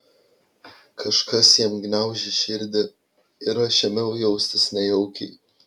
kažkas jam gniaužė širdį ir aš ėmiau jaustis nejaukiai